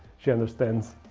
she understands